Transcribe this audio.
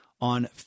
on